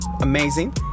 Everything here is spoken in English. Amazing